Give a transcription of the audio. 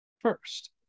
First